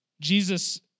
Jesus